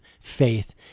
faith